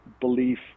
belief